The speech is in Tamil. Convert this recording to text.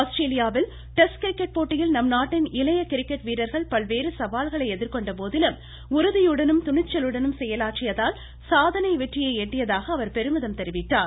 ஆஸ்திரேலியாவில் டெஸ்ட் கிரிக்கெட் போட்டியில் நம் நாட்டின் இளைய கிரிக்கெட் வீரர்கள் பல்வேறு சவால்களை எதிர்கொண்ட போதிலும் உறுதியுடனும் துணிச்சலுடனும் செயலாற்றியதால் சாதனை வெற்றியை எட்டியதாக அவர் பெருமிதம் வெளியிட்டார்